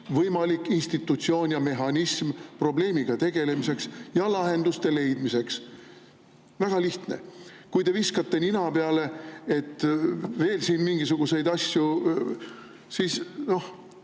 võimalik institutsioon ja mehhanism probleemiga tegelemiseks ja lahenduste leidmiseks. Väga lihtne! Te viskasite nina peale veel mingisuguseid asju – noh,